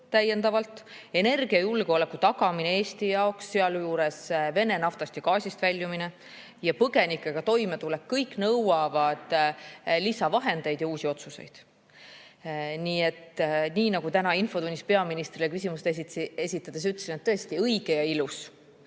ja energiajulgeoleku tagamine Eesti jaoks, sealjuures Vene naftast ja gaasist [loobumine] ja põgenikega toimetulek – see kõik nõuab lisavahendeid ja uusi otsuseid. Nii et nagu ma täna infotunnis peaministrile küsimust esitades ütlesin: tõesti, õige ja ilus. Aga